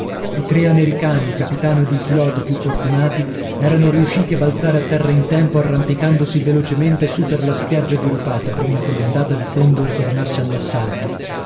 i tre americani il capitano ed il pilota più fortunati erano riusciti a balzare a terra in tempo arrampicandosi velocemente su per la spiaggia dirupata prima che l'ondata di fondo ritornasse